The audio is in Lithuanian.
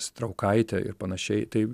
straukaitė ir panašiai taip